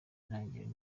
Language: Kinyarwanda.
itangiriro